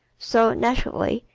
so, naturally,